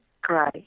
Great